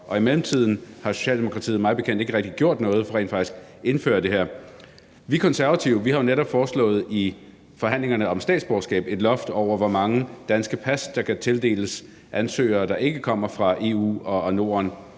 i mellemtiden har Socialdemokratiet mig bekendt rent faktisk ikke rigtig gjort noget for at indføre det her. Vi Konservative har jo netop i forhandlingerne om statsborgerskab foreslået et loft over, hvor mange danske pas der kan tildeles ansøgere, der ikke kommer fra EU og Norden,